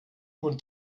und